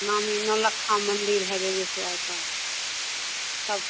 नामी नौलक्खा मंदिर है बेगूसराय का सब